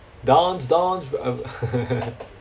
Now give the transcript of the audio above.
dance dance rev~